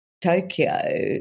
Tokyo